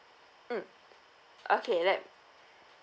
mm okay let